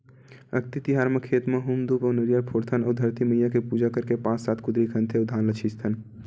अक्ती तिहार म खेत म हूम धूप अउ नरियर फोड़थन अउ धरती मईया के पूजा करके पाँच सात कुदरी खनथे अउ धान ल छितथन